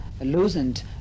loosened